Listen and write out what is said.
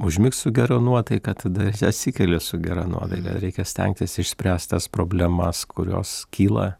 užmigt su gera nuotaika tada atsikeli su gera nuotaika reikia stengtis išspręst tas problemas kurios kyla